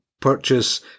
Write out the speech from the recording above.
purchase